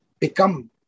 become